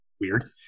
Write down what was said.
Weird